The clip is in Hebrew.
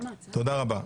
תודה רבה.